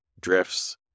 drifts